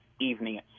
evening